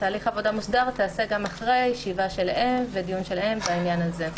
בתהליך עבודה מוסדר תיעשה גם אחרי ישיבה שלהם ודיון שלהם בעניין הזה.